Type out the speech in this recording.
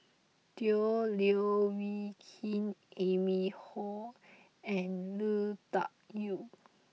Tan Leo Wee Hin Amy Khor and Lui Tuck Yew